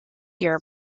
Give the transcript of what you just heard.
year